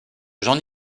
jean